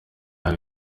babo